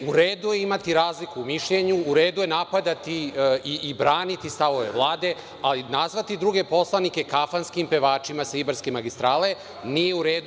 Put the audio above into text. U redu je imati razliku u mišljenju, u redu je napadati i braniti stavove Vlade, ali nazvati druge poslanike kafanskim pevačima sa Ibarske magistrale, nije u redu.